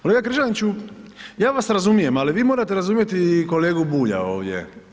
Kolega Križaniću ja vas razumijem, ali vi morate razumjeti i kolegu Bulja ovdje.